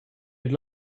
went